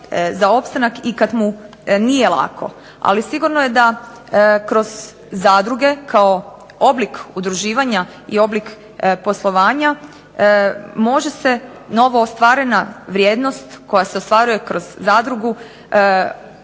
za opstanak i kad mu nije lako. Ali sigurno je da kroz zadruge kao oblik udruživanja i oblik poslovanja može se novoostvarena vrijednost koja se ostvaruje kroz zadrugu